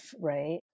right